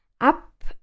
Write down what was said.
up